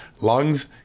lungs